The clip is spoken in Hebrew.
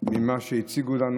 ממה שהציגו לנו,